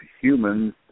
humans